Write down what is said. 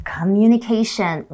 Communication